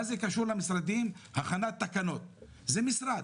זה משרד,